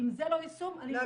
אם זה לא יישום אני -- לא,